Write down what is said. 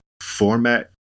format